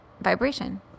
vibration